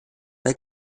bei